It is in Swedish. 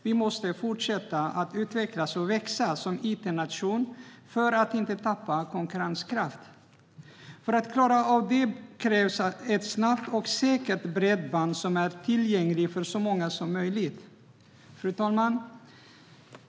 Vi måste fortsätta att utvecklas och växa som itnation för att inte tappa konkurrenskraft. För att klara av det krävs ett snabbt och säkert bredband som är tillgängligt för så många som möjligt. Fru talman!